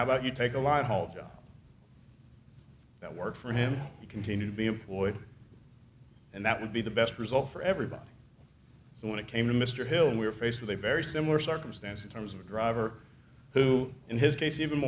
how about you take a lot of hotel that work for him you continue to be employed and that would be the best result for everybody so when it came to mr hill we were faced with a very similar circumstance in terms of a driver who in his case even